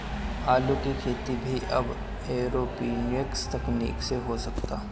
आलू के खेती भी अब एरोपोनिक्स तकनीकी से हो सकता